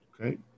Okay